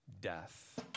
death